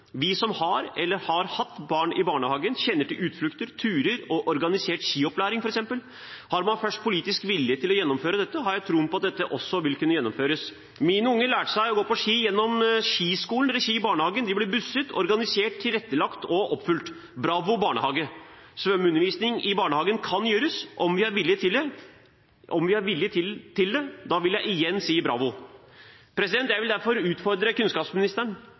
Vi som har eller har hatt barn i barnehage, kjenner til utflukter, turer og organisert skiopplæring f.eks. Har man først politisk vilje til å gjennomføre dette, har jeg tro på at dette også kan gjennomføres. Mine unger lærte seg å gå på ski gjennom skiskole i regi av barnehagen. De ble busset – det var organisert og tilrettelagt – og de ble fulgt opp. Bravo, barnehage! Svømmeundervisning i barnehagen kan gjennomføres, om vi er villige til det. Da vil jeg igjen si bravo! Jeg vil derfor utfordre kunnskapsministeren.